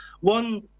one